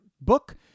Book